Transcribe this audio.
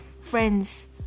friends